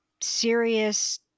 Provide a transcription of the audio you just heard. serious